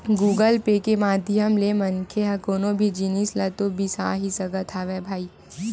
Google Pay के माधियम ले मनखे ह कोनो भी जिनिस ल तो बिसा ही सकत हवय भई